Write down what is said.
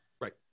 right